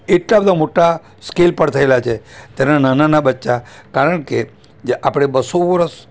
એટલા બધા મોટા સ્કેલ પર થયેલા છે તેના નાનાં નાનાં બચ્યા કારણ કે જે આપણે બસો વર્ષ